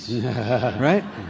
right